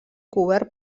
cobert